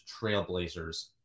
Trailblazers